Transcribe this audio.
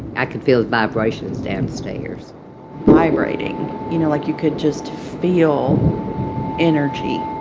i could feel the vibrations downstairs vibrating you know, like, you could just feel energy